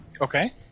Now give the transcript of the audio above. Okay